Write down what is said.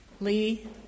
Lee